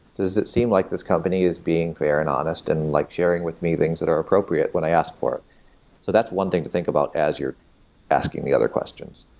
does it seem like this company is being fair and honest and like sharing with me things that are appropriate when i ask for it? so that's one thing to think about as you're asking the other question,